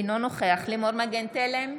אינו נוכח לימור מגן תלם,